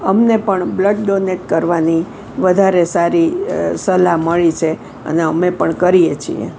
અમને પણ blood donate કરવાની વધારે સારી સલાહ મળી છે અને અમે પણ કરીએ છીએ